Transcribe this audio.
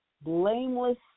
blameless